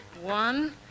One